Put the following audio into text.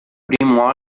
primo